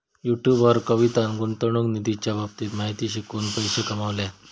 YouTube वर कवितान गुंतवणूक निधीच्या बाबतीतली माहिती शिकवून पैशे कमावल्यान